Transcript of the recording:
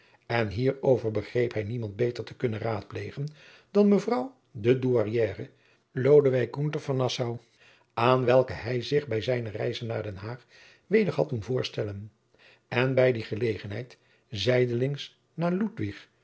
en hierover begreep hij niemand beter te kunnen raadplegen dan mevrouw de douairière l g van nassau aan welke hij zich bij zijne reize naar den haag weder had doen voorstellen en bij die gelegenheid zijdelings naar